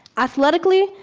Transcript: athletically,